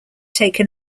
taken